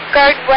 Guard